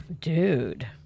Dude